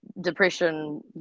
depression